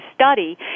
study